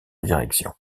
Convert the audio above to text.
direction